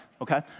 okay